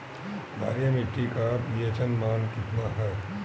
क्षारीय मीट्टी का पी.एच मान कितना ह?